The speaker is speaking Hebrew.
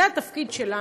זה התפקיד שלנו.